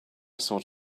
sort